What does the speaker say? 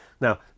Now